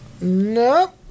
No